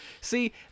See